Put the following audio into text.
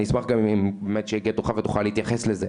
אני אשמח גם אם באמת כשיגיע תורך תוכל להתייחס לזה,